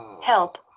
help